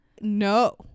No